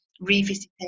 revisiting